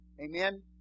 Amen